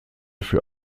für